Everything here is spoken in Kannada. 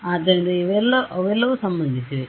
ಆದ್ದರಿಂದ ಅವೆಲ್ಲವೂ ಸಂಬಂಧಿಸಿವೆ